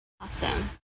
awesome